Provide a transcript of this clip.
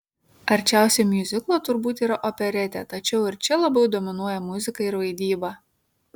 arčiausiai miuziklo turbūt yra operetė tačiau ir čia labiau dominuoja muzika ir vaidyba